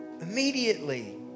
immediately